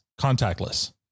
Contactless